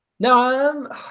No